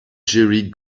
jerry